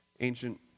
ancient